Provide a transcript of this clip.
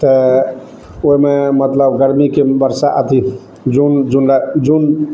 तऽ ओहिमे मतलब गर्मीके बरसा अधिक जून जुलाइ जून